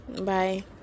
Bye